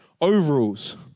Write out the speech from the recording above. overalls